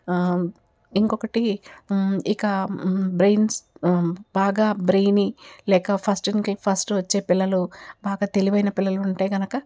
ఇంకొకటి ఇక బ్రెయిన్స్ బాగా బ్రెయినీ లేక ఫస్టింగ్ ఫస్ట్ వచ్చే పిల్లలు బాగా తెలివైన పిల్లలు ఉంటే కనుక